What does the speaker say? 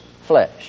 flesh